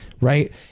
Right